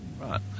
Right